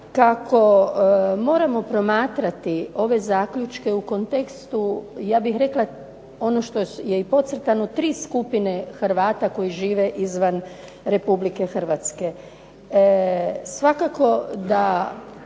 kako moramo promatrati ove zaključke u kontekstu, ja bih rekla ono što je i podcrtano, 3 skupine Hrvata koji žive izvan RH. Svakako da